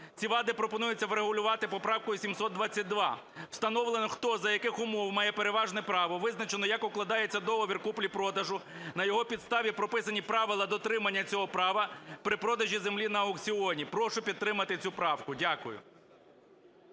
Ці вади пропонується врегулювати поправкою 722. Встановлено хто, за яких умов має переважне право, визначено як укладається договір купівлі-продажу, на його підставі прописані правила дотримання цього права при продажу землі на аукціоні. Прошу підтримати цю правку. Дякую.